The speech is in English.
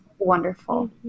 wonderful